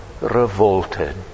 revolted